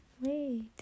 wait